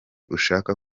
ushaka